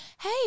hey